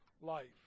life